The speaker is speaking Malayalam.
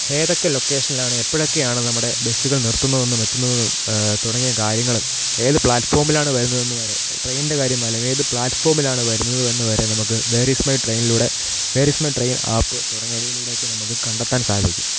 ഏതൊക്കെ ലൊക്കേഷനിലാണ് എപ്പോഴൊക്കെയാണ് നമ്മടെ ബസുകൾ നിർത്തുന്നതെന്നും എത്തുന്നതെന്നും തുടങ്ങിയ കാര്യങ്ങളും ഏത് പ്ലാറ്റ്ഫോമിലാണ് വരുന്നതെന്നു വരെ ട്രെയിനിൻ്റെ കാര്യം അല്ലെങ്കിൽ ഏത് പ്ലാറ്റ്ഫോമിലാണ് വരുന്നതെന്ന് വരെ നമുക്ക് വേറീസ് മൈ ട്രെയിനിലൂടെ where is my train app തുടങ്ങിയവയിലൂടെയൊക്കെ നമുക്ക് കണ്ടെത്താൻ സാധിക്കും